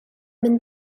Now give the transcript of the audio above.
mynd